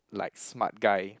like smart guy